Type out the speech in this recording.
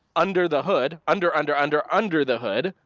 under the hood, under, under, under, under the hood,